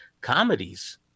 comedies